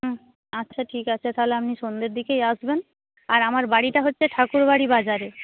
হুম আচ্ছা ঠিক আছে তাহলে আপনি সন্ধ্যের দিকেই আসবেন আর আমার বাড়িটা হচ্ছে ঠাকুরবাড়ি বাজারে